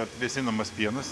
atvėsinamas pienas